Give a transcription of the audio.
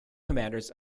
commanders